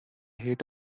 hate